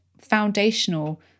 foundational